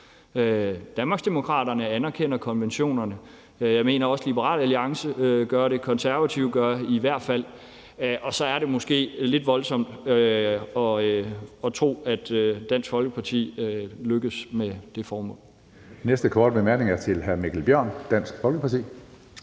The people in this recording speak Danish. Danmarksdemokraterne anerkender konventionerne, og jeg mener også, at Liberal Alliance gør det, og De Konservative gør det i hvert fald også, og så er det måske lidt voldsomt at tro, at Dansk Folkeparti lykkes med det formål.